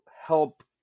help